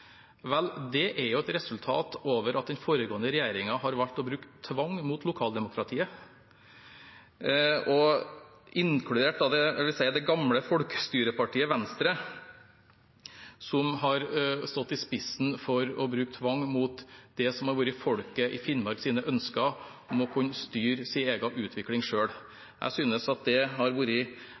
Vel, det er et resultat av at den foregående regjeringen har valgt å bruke tvang mot lokaldemokratiet – inkludert det jeg vil si er det gamle folkestyrepartiet Venstre, som har stått i spissen for å bruke tvang mot det som har vært folket i Finnmarks ønske om å kunne styre sin egen utvikling. Jeg synes det har vært